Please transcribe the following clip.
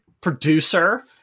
producer